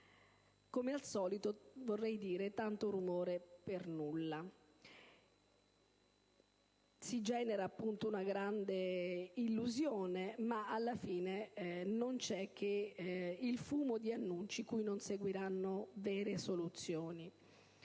come al solito, vorrei dire :tanto rumore per nulla. Si genera appunto una grande illusione, ma alla fine non c'è che il fumo di annunci cui non seguiranno vere soluzioni.